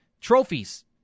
trophies